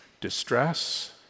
distress